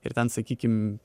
ir ten sakykim